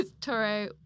Toro